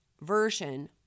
version